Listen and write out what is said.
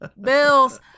bills